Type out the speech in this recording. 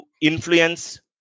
influence